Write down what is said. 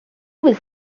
was